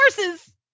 horses